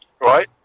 right